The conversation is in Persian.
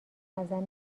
ازم